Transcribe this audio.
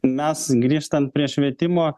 mes grįžtant prie švietimo